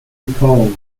recalled